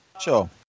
Sure